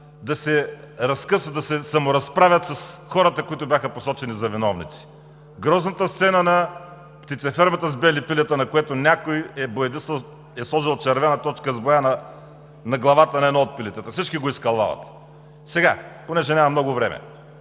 да се разкъсат, да се саморазправят с хората, които бяха посочени за виновници – грозната сцена на птицефермата с бели пилета, на които някой е сложил червена точка с боя на главата на едно от пилетата и всички го изкълвават. Понеже няма много време.